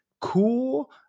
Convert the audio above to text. cool